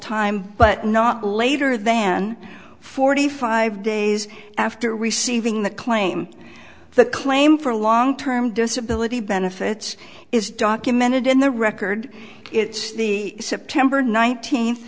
time but not later than forty five days after receiving the claim the claim for long term disability benefits is documented in the record it's the september nineteenth